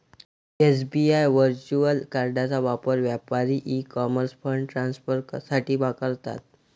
SBI virtual कार्डचा वापर व्यापारी ई कॉमर्स फंड ट्रान्सफर साठी करतात